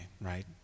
right